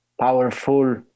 powerful